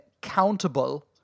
countable